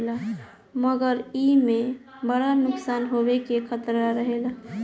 मगर एईमे बड़ा नुकसान होवे के खतरा रहेला